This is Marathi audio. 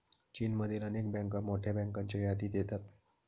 चीनमधील अनेक बँका मोठ्या बँकांच्या यादीत येतात